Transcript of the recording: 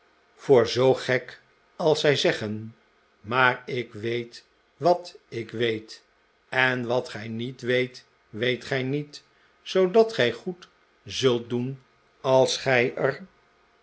voor zoo gek als zij zeggen maar ik weet wat ik weet en wat gij niet weet weet gij niet zoodat gij goed zult doen als gij er